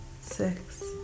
six